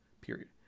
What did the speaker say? period